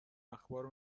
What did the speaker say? اخبار